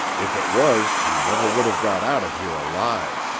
if it was he never would have got out of here alive.